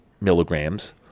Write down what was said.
milligrams